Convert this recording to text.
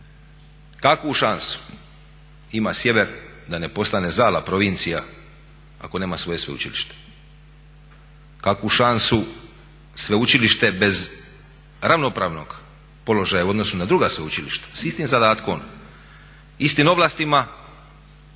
kakvu šansu ima sjever da ne postane zala provincija ako nema svoje sveučilište? Kakvu šansu sveučilište bez ravnopravnog položaja u odnosu na druga sveučilišta sa istim zadatkom, istim ovlastima